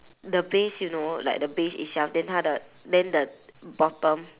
the base you know like the base itself then 它的 then the bottom